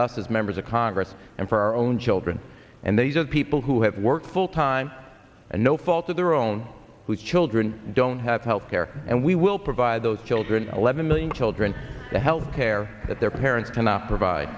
us as members of congress and for our own children and these are people who have worked full time and no fault of their own whose children don't have health care and we will provide those children eleven million children to health care that their parents cannot provide